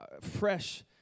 fresh